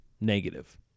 negative